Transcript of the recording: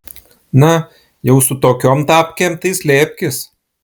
na jau su tokiom tapkėm tai slėpkis